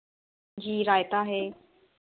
जी रायता है